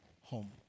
home